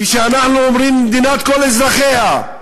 כשאנחנו אומרים "מדינת כל אזרחיה",